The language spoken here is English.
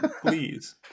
please